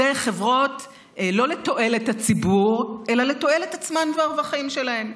אלה לא חברות לתועלת הציבור אלא לתועלת עצמן והרווחים שלהן.